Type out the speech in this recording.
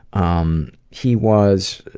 um he was